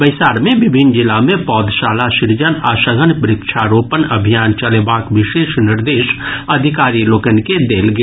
बैसार मे विभिन्न जिला मे पौधशाला सृजन आ सघन व्रक्षारोपण अभियान चलेबाक विशेष निर्देश अधिकारी लोकनि के देल गेल